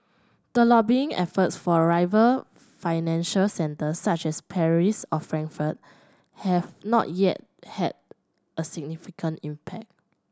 the lobbying efforts for rival financial centres such as Paris or Frankfurt have not yet had a significant impact